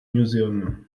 museum